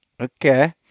okay